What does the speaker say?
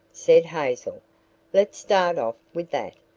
said hazel. let's start off with that.